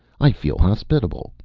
i feel hospitable.